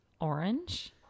orange